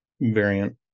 variant